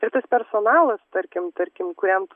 ir tas personalas tarkim tarkim kuriam